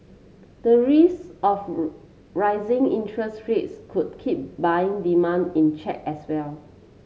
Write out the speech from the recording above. the risk of rising interest rates could keep buying demand in check as well